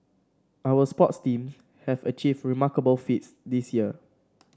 our sports teams have achieved remarkable feats this year